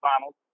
finals